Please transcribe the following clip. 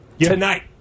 Tonight